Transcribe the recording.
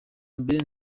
mbere